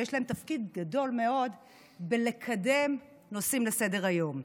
ויש להם תפקיד גדול מאוד בקידום נושאים לסדר-היום.